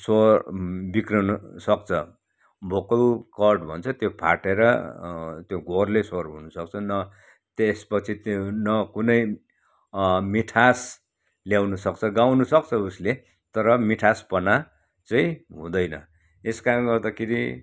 स्वर बिग्रन सक्छ भोकल कर्ड भन्छ त्यो फाटेर त्यो घोर्ले स्वर हुन सक्छ न त्यसपछि त्यो न कुनै मिठास ल्याउनुसक्छ गाउनु सक्छ उसले तर मिठासपना चाहिँ हुँदैन यस कारण गर्दाखेरि